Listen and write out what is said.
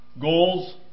goals